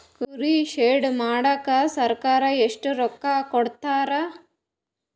ಕುರಿ ಶೆಡ್ ಮಾಡಕ ಸರ್ಕಾರ ಎಷ್ಟು ರೊಕ್ಕ ಕೊಡ್ತಾರ?